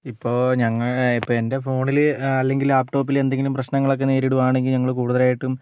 ഇപ്പോൾ ഇപ്പം എൻ്റെ ഫോണിൽ അല്ലെങ്കിൽ ലാപ് ടോപ്പിൽ എന്തെങ്കിലും പ്രശ്നങ്ങളൊക്കെ നേരിടുകയാണെങ്കിൽ ഞങ്ങൾ കൂടുതലായിട്ടും